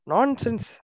Nonsense